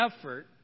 effort